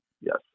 yes